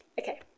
Okay